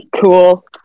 cool